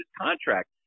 contract